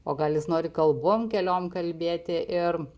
o gal jis nori kalbom keliom kalbėti ir